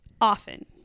often